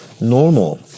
normal